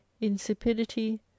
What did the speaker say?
insipidity